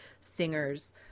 singers